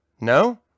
No